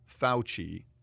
Fauci